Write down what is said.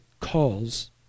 calls